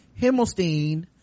Himmelstein